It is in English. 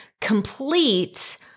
Complete